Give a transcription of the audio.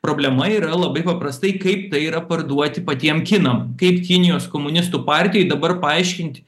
problema yra labai paprastai kaip tai yra parduoti patiem kinam kaip kinijos komunistų partijai dabar paaiškint